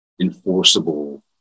enforceable